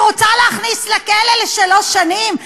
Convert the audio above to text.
את רוצה להכניס לכלא לשלוש שנים?